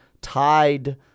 tied